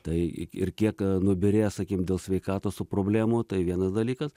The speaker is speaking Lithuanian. tai ir kiek nubyrės sakykim dėl sveikatos problemų tai vienas dalykas